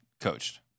coached